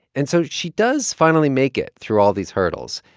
and so she does finally make it through all these hurdles,